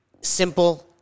simple